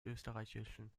österreichischen